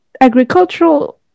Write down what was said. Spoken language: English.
Agricultural